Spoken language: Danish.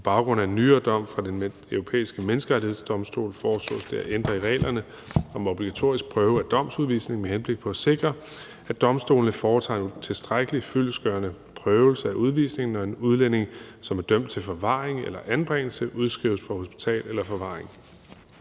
På baggrund af en nyere dom fra Den Europæiske Menneskerettighedsdomstol foreslås det at ændre i reglerne om en obligatorisk prøvelse af domsudvisningen med henblik på at sikre, at domstolene foretager en tilstrækkelig, fyldestgørende prøvelse af udvisningen, når en udlænding, som er dømt til forvaring eller anbringelse, udskrives fra hospital eller forvaring.